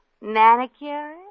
Manicure